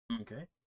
okay